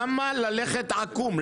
למה ללכת עקום?